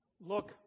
Look